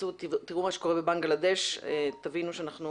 תראו מה קורה בבנגלדש ותבינו שאנחנו